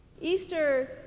Easter